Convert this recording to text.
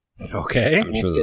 Okay